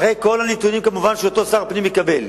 אחרי כל הנתונים, כמובן, שאותו שר פנים יקבל.